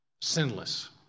Sinless